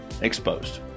Exposed